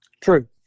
True